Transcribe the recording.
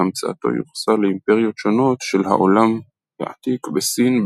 והמצאתו יוחסה לאימפריות שונות של העולם העתיק בסין,